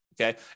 okay